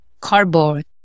cardboard